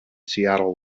seattle